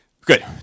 Good